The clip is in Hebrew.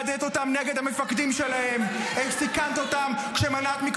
נגד הפצ"רית, את -- שלא יפנה אליי.